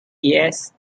ups